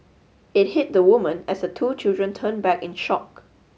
it hit the woman as the two children turned back in shock